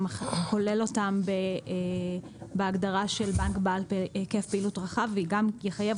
שכולל אותם בהגדרה של בנק בעל היקף פעילות רחב וגם יחייב